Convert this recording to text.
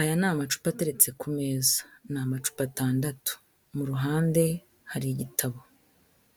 Aya ni amacupa ateretse ku meza. Ni amacupa atandatu. Mu ruhande hari igitabo.